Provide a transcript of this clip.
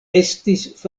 estis